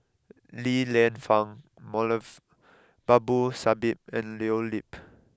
Li Lienfung Moulavi Babu Sahib and Leo Yip